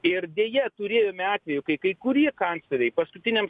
ir deja turėjome atvejų kai kai kurie kancleriai paskutinėm